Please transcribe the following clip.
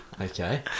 okay